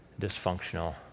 dysfunctional